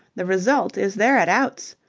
the result is they're at outs.